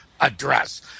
address